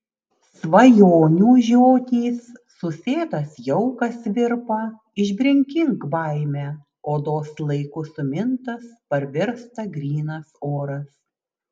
svajonių žiotys susėtas jaukas virpa išbrinkink baimę odos laiku sumintas parvirsta grynas oras